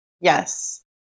Yes